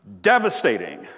devastating